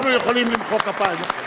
אנחנו יכולים למחוא כפיים.